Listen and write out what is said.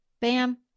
Bam